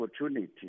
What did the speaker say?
opportunity